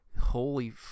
Holy